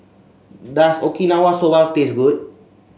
does Okinawa Soba taste good